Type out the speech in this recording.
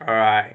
alright